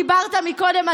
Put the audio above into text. דיברת קודם,